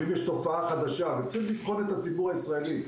אם יש תופעה חדשה וצריך לבחון את הציבור הישראלי.